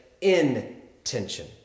intention